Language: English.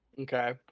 Okay